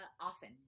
often